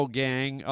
gang